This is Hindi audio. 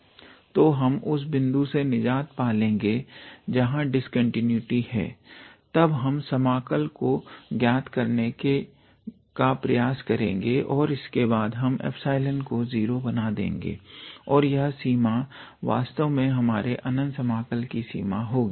तो हम उस बिंदु से निजात पा लेंगे जहां डिस्कंटीन्यूटी है और तब हम समाकल को ज्ञात करने का प्रयास करेंगे और इसके बाद हम एप्सलोन को 0 बना देंगे और यह सीमा वास्तव में हमारे अनंत समाकल की सीमा होगी